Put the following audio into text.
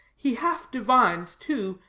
he half divines, too,